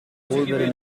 polvere